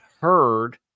heard